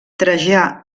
trajà